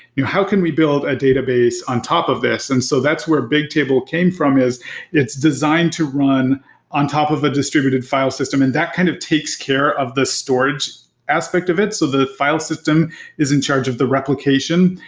how can we build a database on top of this? and so that's where bigtable came from, is it's designed to run on top of a distributed file system, and that kind of takes care of the storage aspect of it. so the file system is in charge of the replication.